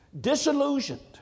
disillusioned